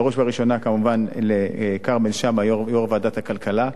בראש ובראשונה, לכרמל שאמה, יושב-ראש ועדת הכלכלה,